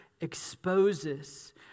exposes